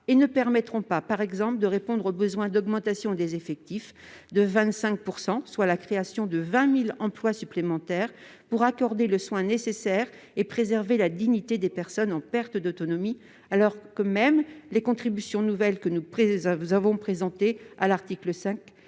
ne permettront pas, par exemple, de répondre au besoin d'augmentation des effectifs de 25 %- soit la création de 20 000 emplois supplémentaires -pour accorder les soins nécessaires et préserver la dignité des personnes en perte d'autonomie, alors même que les contributions nouvelles que nous avons présentées à l'article 16